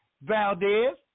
Valdez